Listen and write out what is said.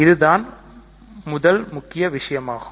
இது தான் முதல் மூக்கிய விஷயமாகும்